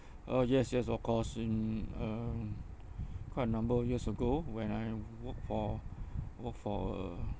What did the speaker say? uh yes yes of course in um quite a number of years ago when I w~ work for work for uh